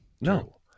No